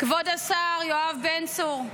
כבוד השר יואב בן צור,